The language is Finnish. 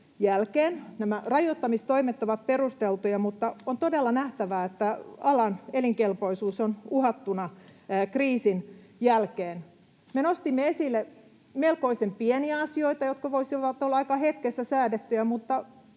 Nämä rajoittamistoimet ovat perusteltuja, mutta on todella nähtävä, että alan elinkelpoisuus on uhattuna kriisin jälkeen. Me nostimme esille melkoisen pieniä asioita, jotka voisivat olla aika hetkessä säädettyjä mutta